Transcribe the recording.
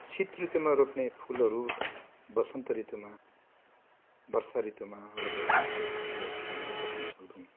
शीत ऋतुमा रोप्ने फुलहरू वसन्त ऋतुमा वर्षा ऋतुमा रोप्यो भने त्यो फुलहरू हामीले बचाउन सक्दैनौँ